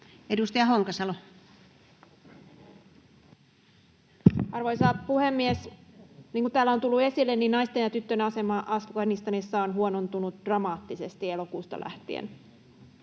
14:49 Content: Arvoisa puhemies! Niin kuin täällä on tullut esille, naisten ja tyttöjen asema Afganistanissa on huonontunut dramaattisesti elokuusta lähtien.